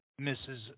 Mrs